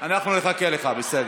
אנחנו נחכה לך, בסדר.